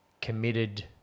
committed